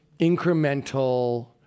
incremental